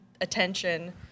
attention